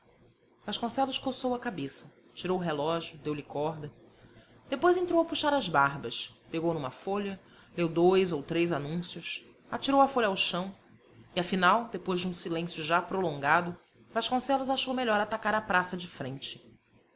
irônico vasconcelos coçou a cabeça tirou o relógio deu-lhe corda depois entrou a puxar as barbas pegou numa folha leu dois ou três anúncios atirou a folha ao chão e afinal depois de um silêncio já prolongado vasconcelos achou melhor atacar a praça de frente